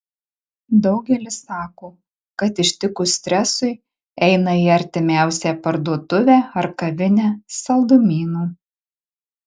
daugelis sako kad ištikus stresui eina į artimiausią parduotuvę ar kavinę saldumynų